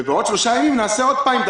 ובעוד שלושה ימים נבדוק שוב אם אתה